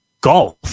golf